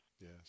yes